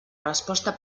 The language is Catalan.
resposta